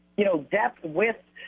you know, depth with